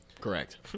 Correct